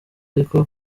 ariko